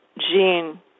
gene